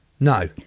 No